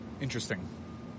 Interesting